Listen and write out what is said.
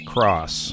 Cross